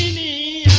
me